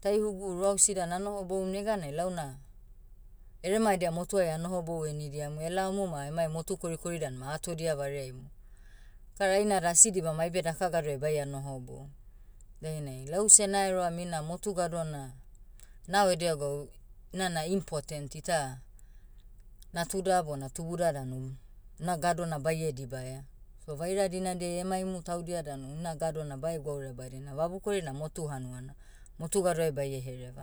taihugu ruausi dan anoho boum neganai launa, erema edia motuai anohobou enidiamu elaomu ma emai motu korikori danma atodia vareaimu. Kara ainada asi dibamai aibe daka gadoai baia nohobou. Dainai lause naeroam ina motu gado na, nao edia gwau, inana important ita, natuda bona tubuda danu, na gado na baie dibaia. So vaira dinadiai emaimu taudia danu ina gado na bae gwauraia badina vabukori na motu hanuana. Motu gadoai baie hereva.